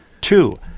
Two